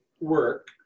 work